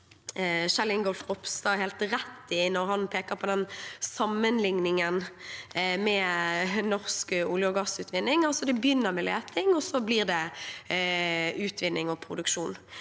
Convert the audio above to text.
Kjell Ingolf Ropstad helt rett i når han peker på sammenligningen med norsk olje- og gassutvinning. Det begynner med leting, og så blir det utvinning og produksjon.